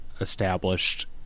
established